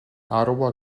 ottawa